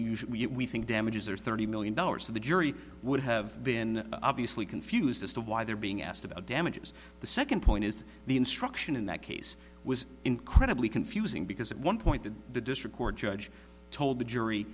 should we think damages or thirty million dollars of the jury would have been obviously confused as to why they're being asked about damages the second point is the instruction in that case was incredibly confusing because at one point that the district court judge told the jury